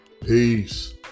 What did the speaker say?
peace